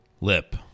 Lip